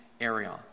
area